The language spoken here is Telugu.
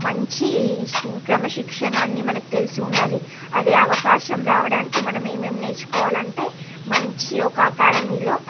మంచి ఇన్ క్రమశిక్షణ అన్నీ మనకు తెలిసి ఉండాలి అదే అవకాశం రావడానికి మనం ఏమీ ఏమీ నేర్చుకోవాలంటే మంచి ఒక అకాడమీలో